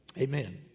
Amen